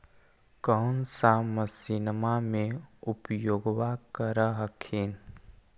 कौन सा मसिन्मा मे उपयोग्बा कर हखिन?